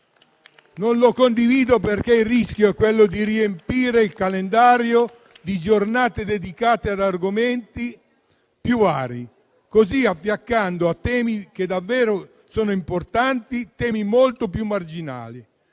Non lo condivido perché il rischio è di riempire il calendario di giornate dedicate ad argomenti più vari, affiancando così a temi che davvero sono importanti temi molto più marginali.